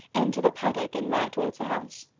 enter the paddock and ride towards the house.